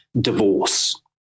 Divorce